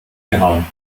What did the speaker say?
gehauen